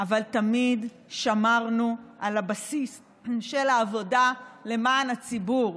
אבל תמיד שמרנו על הבסיס של העבודה למען הציבור,